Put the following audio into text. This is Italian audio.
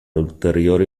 ulteriori